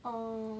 oh